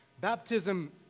Baptism